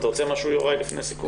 יוראי, אתה רוצה לומר משהו לפני סיכום?